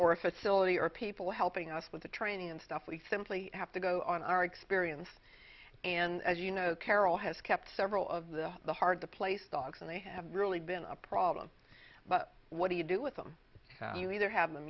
or a facility or people helping us with the training and stuff we simply have to go on our experience and as you know carol has kept several of the the hard to place dogs and they have really been a problem but what do you do with them you either have them